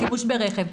שימוש ברכב,